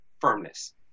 firmness